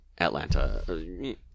Atlanta